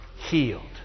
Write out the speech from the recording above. healed